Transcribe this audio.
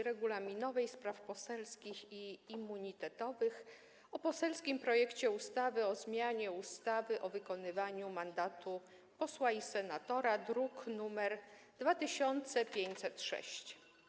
Regulaminowej, Spraw Poselskich i Immunitetowych o poselskim projekcie ustawy o zmianie ustawy o wykonywaniu mandatu posła i senatora, druk nr 2506.